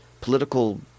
political